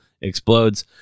Explodes